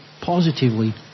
positively